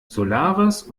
solaris